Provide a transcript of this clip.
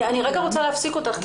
אני רגע רוצה להפסיק אותך.